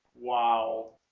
Wow